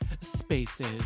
spaces